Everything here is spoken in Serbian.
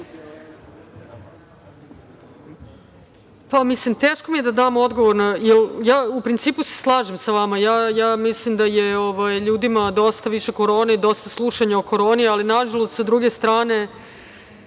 Mislim, teško mi je da dam odgovor. U principu se slažem sa vama. Mislim da je ljudima dosta više korone, dosta slušanja o koroni, ali nažalost, s druge strane,